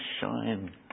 shine